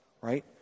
right